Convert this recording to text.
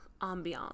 ambiance